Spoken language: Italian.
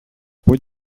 puoi